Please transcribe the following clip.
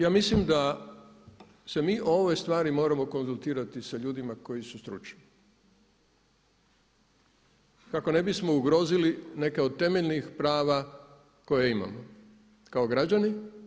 Ja mislim da se mi o ovoj stvari moramo konzultirati sa ljudima koji su stručni kako ne bismo ugrozili neka od temeljnih prava koja imamo kao građani.